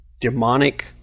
demonic